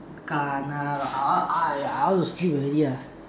Kena I I I want to sleep already ah